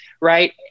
right